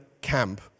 camp